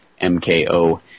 MKO